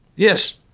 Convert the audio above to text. yes.